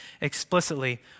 explicitly